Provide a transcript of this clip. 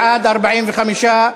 בעד, 45,